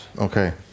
Okay